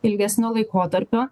ilgesnio laikotarpio